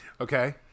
Okay